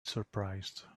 surprised